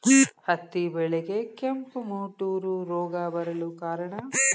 ಹತ್ತಿ ಬೆಳೆಗೆ ಕೆಂಪು ಮುಟೂರು ರೋಗ ಬರಲು ಕಾರಣ?